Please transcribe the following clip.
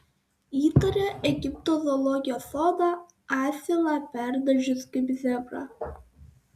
įtaria egipto zoologijos sodą asilą perdažius kaip zebrą